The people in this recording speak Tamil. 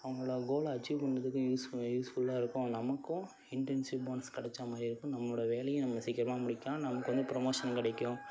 அவங்களோட கோலை அச்சிவ் பண்ணுறதுக்கும் யூஸ் யூஸ்ஃபுல்லாக இருக்கும் நமக்கும் இன்டென்சிவ் போனஸ் கிடைச்சா மாதிரியும் இருக்கும் நம்மளோடய வேலையை நம்ம சீக்கிரமா முடிக்கலாம் நமக்கு வந்து ப்ரமோஷன் கிடைக்கும்